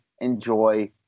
enjoy